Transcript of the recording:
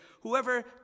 Whoever